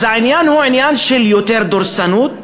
אז העניין הוא עניין של יותר דורסנות,